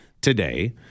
today